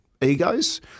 egos